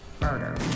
Murder